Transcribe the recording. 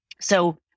So-